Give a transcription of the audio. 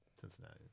Cincinnati